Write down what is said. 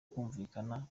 kumvikana